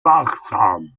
wachsam